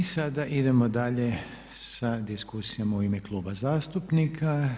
I sada idemo dalje sa diskusijama u ime kluba zastupnika.